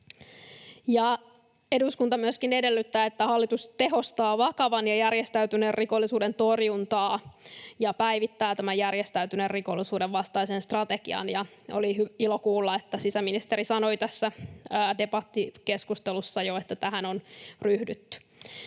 Eduskunta myöskin edellyttää, että hallitus tehostaa vakavan ja järjestäytyneen rikollisuuden torjuntaa ja päivittää järjestäytyneen rikollisuuden vastaisen strategian. Oli ilo kuulla, että sisäministeri sanoi debattikeskustelussa jo, että tähän on ryhdytty.